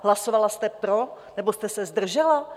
Hlasovala jste pro, nebo jste se zdržela?